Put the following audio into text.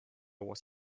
was